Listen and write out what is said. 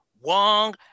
Wong